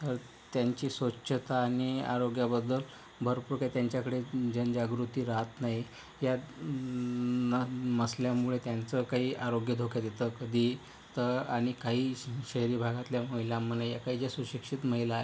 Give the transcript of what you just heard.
तर त्यांची स्वच्छता आणि आरोग्याबद्दल भरपूर काही त्यांच्याकडे जनजागृती राहत नाही या नसल्यामुळे त्यांचं काही आरोग्य धोक्यात येतं कधी तर आणि काही शहरी भागातल्या महिलांमध्ये काही ज्या सुशिक्षित महिला आहेत